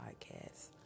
podcast